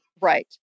Right